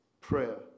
prayer